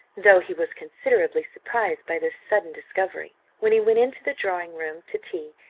though he was considerably surprised by this sudden discovery. when he went into the drawing-room to tea,